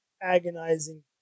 agonizing